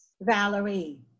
Valerie